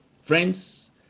Friends